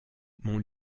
mon